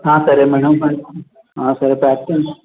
సరే మేడం సరే ప్యాక్ చెయ్యండి